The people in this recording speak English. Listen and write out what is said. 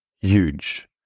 huge